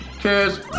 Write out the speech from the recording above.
cheers